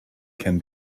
can